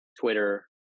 Twitter